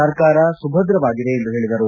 ಸರ್ಕಾರ ಸುಭದ್ರವಾಗಿದೆ ಎಂದು ಹೇಳಿದರು